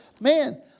Man